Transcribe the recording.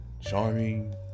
charming